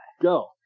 Go